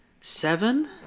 seven